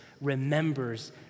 remembers